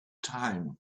time